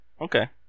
Okay